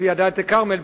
עוספיא דאלית-אל-כרמל,